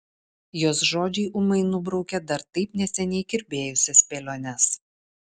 jos žodžiai ūmai nubraukia dar taip neseniai kirbėjusias spėliones